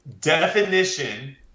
Definition